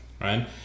right